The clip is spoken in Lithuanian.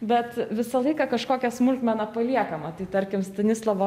bet visą laiką kažkokia smulkmena paliekama tai tarkim stanislovo